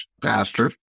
pastor